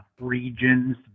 regions